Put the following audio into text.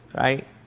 Right